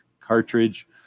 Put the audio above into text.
cartridge